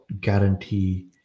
guarantee